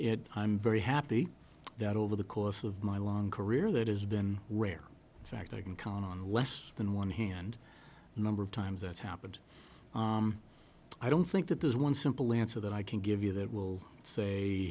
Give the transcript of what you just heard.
and i'm very happy that over the course of my long career that has been rare so i can count on less than one hand the number of times that's happened i don't think that there's one simple answer that i can give you that will say